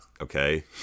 Okay